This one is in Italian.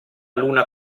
luna